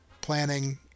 planning